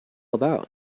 about